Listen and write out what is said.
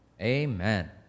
Amen